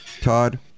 Todd